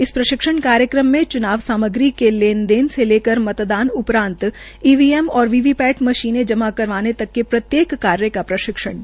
इस प्रशिक्षण कार्यक्रम में च्नाव सामग्री के लेन देन से लेकर मतदान उपरान्त ईवीएम व वीवीपैट मशीने जमा करवाने तक के प्रत्येक कार्य कार्य का प्रशिक्षण दिया गया